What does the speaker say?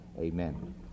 Amen